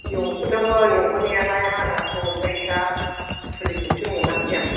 एवहोदोंमोन एवहोनायालाय हाग्राखौ ओमफ्राय दा फुलिखौसो मोनाखै आं